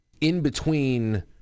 in-between